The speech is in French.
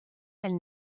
elle